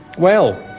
well,